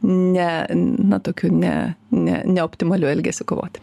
ne na tokiu ne neoptimaliu elgesiu kovoti